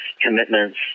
commitments